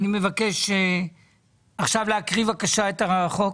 אני מבקש להקריא עכשיו את החוק.